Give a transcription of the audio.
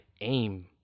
aim